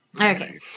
Okay